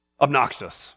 obnoxious